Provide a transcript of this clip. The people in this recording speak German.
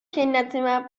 kinderzimmer